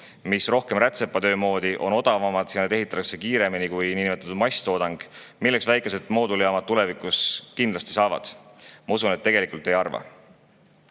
mis on rohkem rätsepatöö moodi, on odavamad ja neid ehitatakse kiiremini kui niinimetatud masstoodangut, milleks väikesed mooduljaamad tulevikus kindlasti saavad? Ma usun, et tegelikult ei arva.